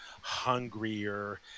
hungrier